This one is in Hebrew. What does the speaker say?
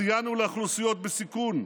סייענו לאוכלוסיות בסיכון,